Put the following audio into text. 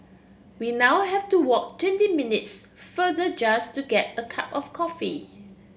we now have to walk twenty minutes farther just to get a cup of coffee